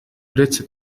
buretse